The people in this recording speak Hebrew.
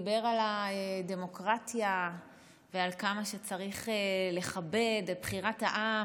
דיבר על הדמוקרטיה ועל כמה שצריך לכבד את בחירת העם,